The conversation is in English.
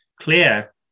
clear